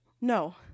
No